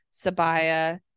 sabaya